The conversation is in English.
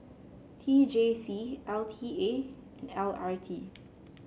T J C L T A and L R T